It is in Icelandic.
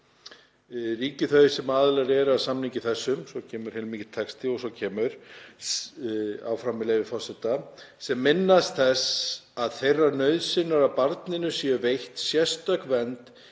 „Ríki þau sem aðilar eru að samningi þessum,“ — síðan kemur heilmikill texti og svo segir áfram — „sem minnast þess að þeirrar nauðsynjar að barninu sé veitt sérstök vernd